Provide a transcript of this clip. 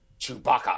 Chewbacca